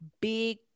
big